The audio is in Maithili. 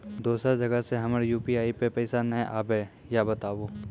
दोसर जगह से हमर यु.पी.आई पे पैसा नैय आबे या बताबू?